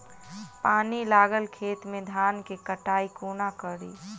पानि लागल खेत मे धान केँ कटाई कोना कड़ी?